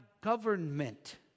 government